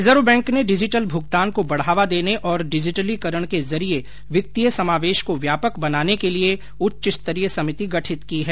reserve bank ने digital भुगतान को बढ़ावा देने और डिजिटलीकरण के जरिये वित्तीय समावेश को व्यापक बनाने के लिए उच्चस्तरीय समिति गठित की है